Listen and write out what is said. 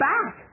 Back